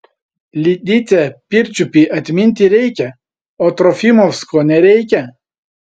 lidicę pirčiupį atminti reikia o trofimovsko nereikia